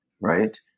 right